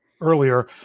earlier